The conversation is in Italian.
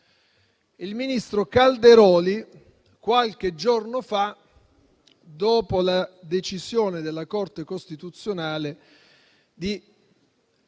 del ministro Calderoli, pronunciate qualche giorno fa, dopo la decisione della Corte costituzionale di